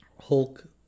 Hulk